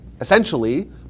essentially